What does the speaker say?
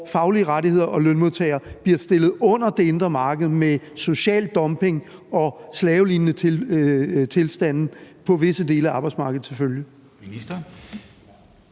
faglige rettigheder og lønmodtagere bliver stillet under det indre marked med social dumping og slavelignende tilstande på visse dele af arbejdsmarkedet til følge?